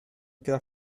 queda